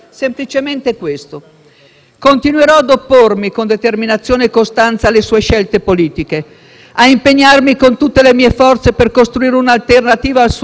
ad impegnarmi con tutte le mie forze per costruire un'alternativa al suo Governo nel Paese e poi nelle elezioni perché reputo il suo Governo dannoso per il Paese,